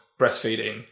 breastfeeding